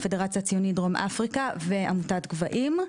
הפדרציה הציונית דרום אפריקה ועמותת 'גבהים',